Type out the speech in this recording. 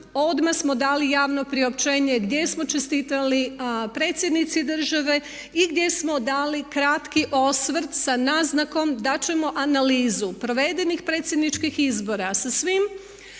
odmah smo dali javno priopćenje gdje smo čestitali predsjednici države i gdje smo dali kratki osvrt sa naznakom da ćemo analizu provedenih predsjedničkih izbora sa svim